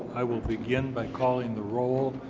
i will begin by calling the role